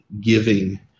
giving